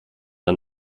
ein